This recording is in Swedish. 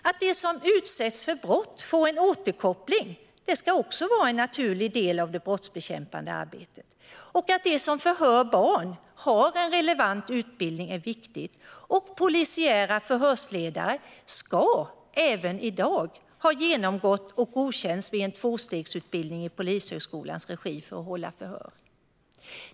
Att de som utsätts för brott får en återkoppling ska vara en naturlig del av det brottsbekämpande arbetet. Att de som förhör barn har en relevant utbildning är viktigt, och polisiära förhörsledare ska även i dag ha genomgått och godkänts vid en tvåstegsutbildning i Polishögskolans regi för att få hålla förhör.